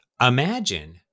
imagine